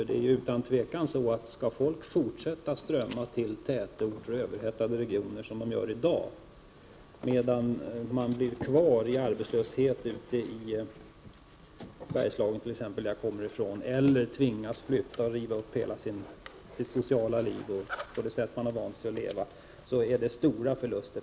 Det är utan tvivel så att det innebär stora förluster för samhället att människor skall behöva strömma till redan överhettade regioner eller bli kvar i arbetslöshet i t.ex. Bergslagen, som jag kommer ifrån. Att tvingas flytta innebär att man får riva upp hela sitt sociala liv och lämna det sätt på vilket man är van att leva.